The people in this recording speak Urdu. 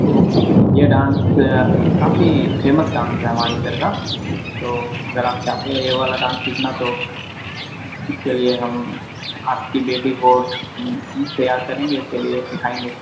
تو یہ ڈانس کافی فیمس ڈانس ہے ہمارے ادھر کا تو اگر آپ چاہتے یہ والا ڈانس سیکھنا تو اس کے لیے ہم آپ کی بیٹی کو تیار کریں گے اس کے لیے سکھائیں گے